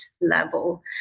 level